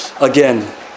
again